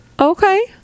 Okay